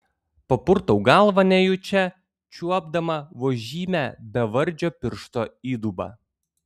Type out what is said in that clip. papurtau galvą nejučia čiuopdama vos žymią bevardžio piršto įdubą